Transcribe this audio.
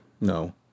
no